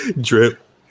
Drip